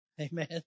Amen